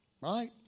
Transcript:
right